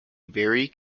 very